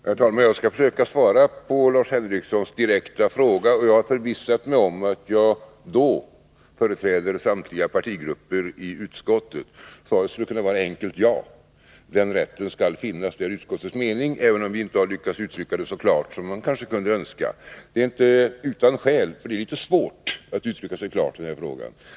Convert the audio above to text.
Herr talman! Jag skall försöka svara på Lars Henriksons direkta fråga, och jag har förvissat mig om att jag då företräder samtliga partigrupper i utskottet. Svaret skulle kunna vara ett enkelt: Ja, den rätten skall finnas. Det är utskottets mening, även om vi inte har lyckats uttrycka det så klart som man kanske kunde önska. Men det är inte utan skäl, för det är ytterst svårt att uttrycka sig klart i den här frågan.